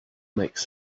makes